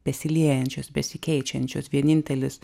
besiliejančios besikeičiančios vienintelis